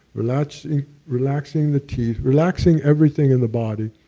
relaxing relaxing the teeth. relaxing everything in the body,